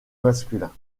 masculin